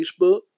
Facebook